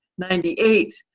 ninety eight,